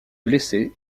blessés